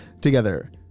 together